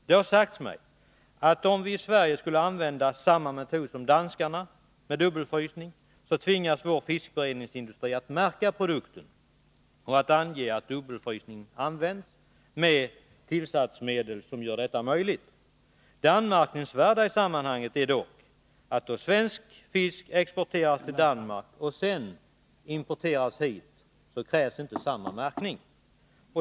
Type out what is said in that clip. Det har sagts mig att om vi i Sverige skulle använda samma metod med dubbelfrysning som danskarna, tvingas vår fiskförädlingsindustri att märka produkten och ange att dubbelfrysning använts med tillsatsmedel som gör detta möjligt. Det anmärkningsvärda i sammanhanget är att då svensk fisk exporteras till Danmark och sedan importeras hit igen, krävs inte samma märkning.